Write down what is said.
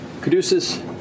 Caduceus